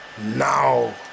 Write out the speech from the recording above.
now